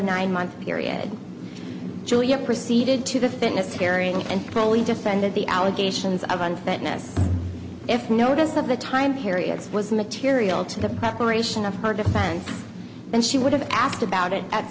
nine month period juliet proceeded to the fitness hearing and probably defended the allegations of unfitness if notice of the time periods was material to the preparation of her defense and she would have asked about it at